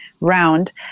round